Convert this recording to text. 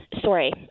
Sorry